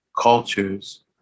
cultures